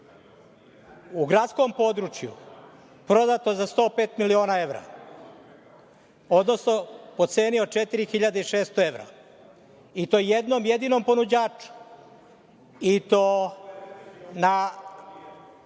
u gradskom području prodato za 105 miliona evra, odnosno po ceni od 4.600 evra, i to jednom jedinom ponuđaču, i to na